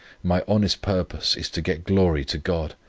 my honest purpose is to get glory to god.